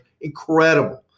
Incredible